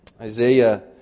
Isaiah